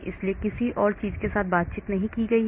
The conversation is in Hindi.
इसलिए किसी और चीज के साथ बातचीत नहीं है